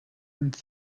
and